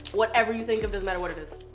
whatever you think of. doesn't matter what it is.